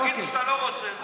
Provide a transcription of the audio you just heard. תגיד שאתה לא רוצה.